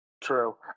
true